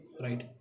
right